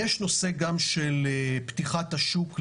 יש גם נושא של פתיחת השוק ליצוא.